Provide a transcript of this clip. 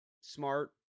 smart